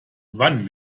wann